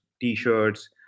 t-shirts